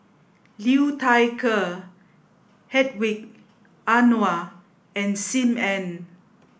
Liu Thai Ker Hedwig Anuar and Sim Ann